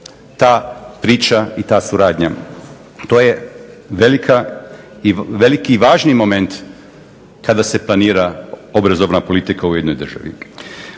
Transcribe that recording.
ta priča i ta suradnja. To je veliki i važni moment kada se planira obrazovna politika u jednoj državi.